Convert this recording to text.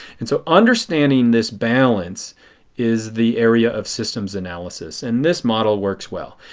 and so understanding this balance is the area of systems analysis. and this model works well.